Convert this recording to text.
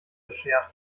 beschert